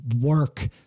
work